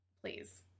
Please